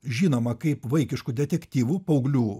žinoma kaip vaikiškų detektyvų paauglių